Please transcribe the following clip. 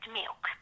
milk